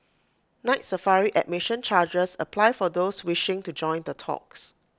Night Safari admission charges apply for those wishing to join the talks